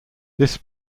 this